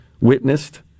witnessed